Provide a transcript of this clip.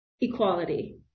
equality